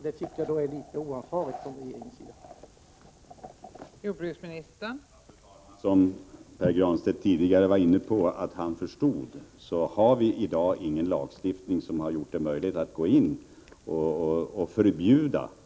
Detta tycker jag är en smula oansvarigt från regeringens sida.